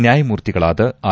ನ್ಡಾಯಮೂರ್ತಿಗಳಾದ R